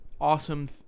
awesome